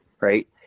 right